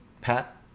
Pat